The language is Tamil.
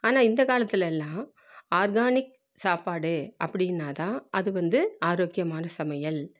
ஆனால் இந்த காலத்தில் எல்லாம் ஆர்கானிக் சாப்பாடு அப்படின்னாதான் அது வந்து ஆரோக்கியமான சமையல்